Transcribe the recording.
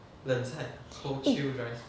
eh